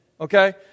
okay